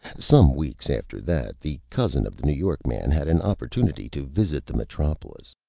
some weeks after that, the cousin of the new york man had an opportunity to visit the metropolis.